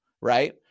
right